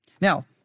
Now